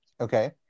Okay